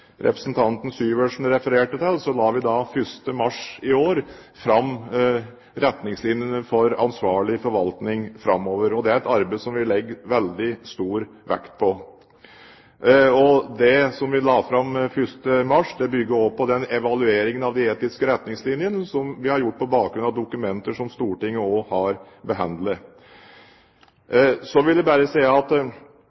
representanten Syversen refererte til, la vi 1. mars i år fram retningslinjene for ansvarlig forvaltning framover. Det er et arbeid som vi legger veldig stor vekt på. Det som vi la fram 1. mars, bygger også på den evalueringen av etiske retningslinjer som vi har gjort på bakgrunn av dokumenter som Stortinget har behandlet.